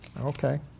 Okay